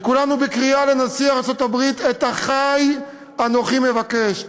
וכולנו בקריאה לנשיא ארצות-הברית: את אחַי אנוכי מבקש,